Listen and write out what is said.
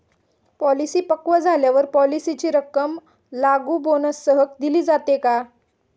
Policy पक्व झाल्यावर पॉलिसीची रक्कम लागू बोनससह दिली जाते का?